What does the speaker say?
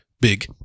Big